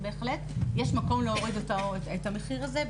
ויש מקום להוריד את המחיר הזה,